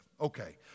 Okay